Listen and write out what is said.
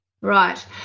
right